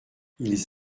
ils